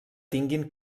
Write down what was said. tinguin